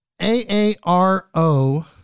AARO